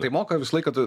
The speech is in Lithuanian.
tai moka visą laiką ta